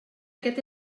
aquest